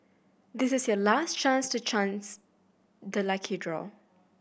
this is your last chance to chance the lucky draw